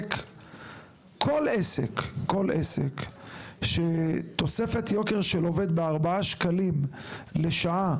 כל עסק שתוספת יוקר של עובד בארבעה שקלים לשעה,